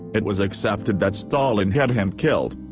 it was accepted that stalin had him killed.